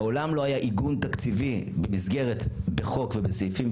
מעולם לא היה עיגון תקציבי בחוק ובסעיפים,